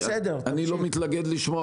אני לא מתנגד לשמוע גם על המקור.